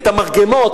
את המרגמות,